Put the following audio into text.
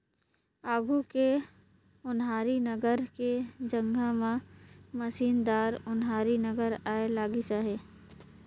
आघु के ओनारी नांगर के जघा म मसीनदार ओन्हारी नागर आए लगिस अहे